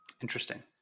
interesting